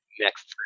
next